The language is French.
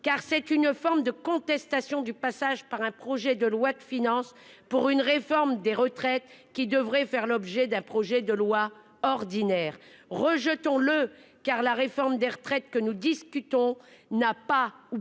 car c'est une forme de contestation du passage par un projet de loi de finances pour une réforme des retraites qui devrait faire l'objet d'un projet de loi ordinaire rejetons le car la réforme des retraites que nous discutons n'a pas ou peu d'impact le sur